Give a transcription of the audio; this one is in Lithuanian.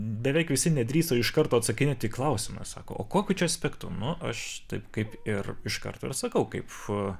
beveik visi nedrįso iš karto atsakinėt į klausimą sako o kokiu čia aspektu nu aš taip kaip ir iš karto ir sakau kaip